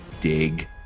dig